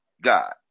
God